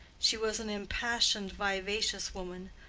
she was an impassioned, vivacious woman,